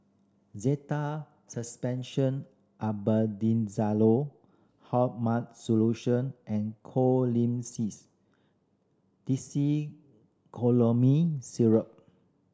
Zental Suspension Albendazole Hartman's Solution and Colimix Dicyclomine Syrup